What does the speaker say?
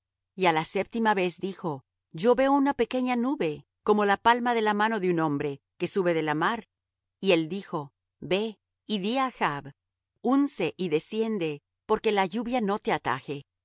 á la séptima vez dijo yo veo una pequeña nube como la palma de la mano de un hombre que sube de la mar y él dijo ve y di á achb unce y desciende porque la lluvia no te ataje